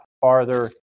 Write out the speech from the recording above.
farther